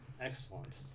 Excellent